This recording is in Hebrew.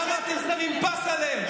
למה אתם שמים פס עליהם?